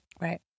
right